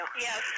Yes